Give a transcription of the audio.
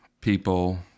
people